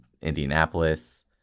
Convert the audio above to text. Indianapolis